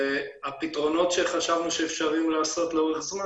הפתרונות שחשבנו שאפשריים לעשות לאורך זמן